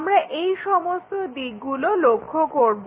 আমরা এই সমস্ত দিকগুলো লক্ষ্য করবো